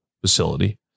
facility